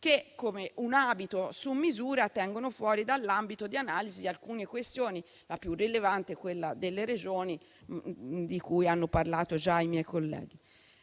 che - come un abito su misura - tengono fuori dall'ambito di analisi alcune questioni; la più rilevante è quella delle Regioni, di cui hanno parlato già i miei colleghi.